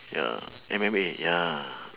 ya M_M_A ya